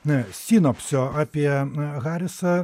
na sinopsio apie harisą